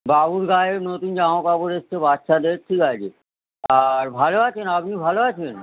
বাবুর গায়ের নতুন জামা কাপড় এসছে বাচ্চাদের ঠিক আছে আর ভালো আছেন আপনি ভালো আছেন